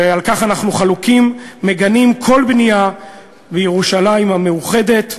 ועל כך אנחנו חלוקים מגנים כל בנייה בירושלים המאוחדת.